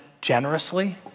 generously